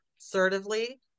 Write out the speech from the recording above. assertively